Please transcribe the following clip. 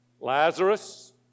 Lazarus